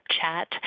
chat